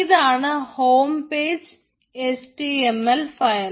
ഇതാണ് home page HTML file